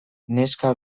neska